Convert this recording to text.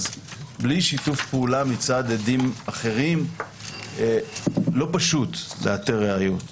בלי שיתוף פעולה מצד עדים אחרים לא פשוט לאתר ראיות.